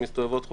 מסתובבות חופשי,